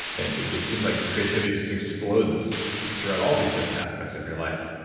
and it seems like creativity just explodes throughout all these different aspects of your life.